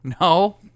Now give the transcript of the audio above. No